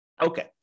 Okay